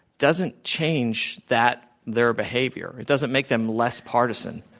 doesn't change that their behavior. it doesn't make them less partisan.